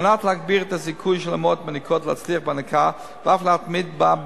כדי להגביר את הסיכוי של אמהות מיניקות להצליח בהנקה ואף להתמיד בה,